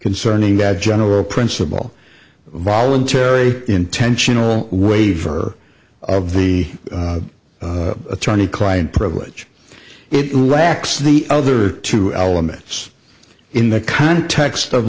concerning that general principle voluntary intentional waiver of the attorney client privilege it lacks the other two elements in the context of